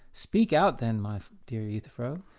speak out then, my dear euthyphro,